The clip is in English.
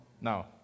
Now